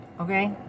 okay